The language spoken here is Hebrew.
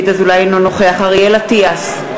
אינו נוכח אריאל אטיאס,